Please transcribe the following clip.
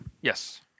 Yes